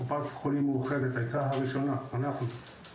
קופת חולים מאוחדת הייתה הראשונה אנחנו,